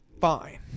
Fine